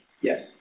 Yes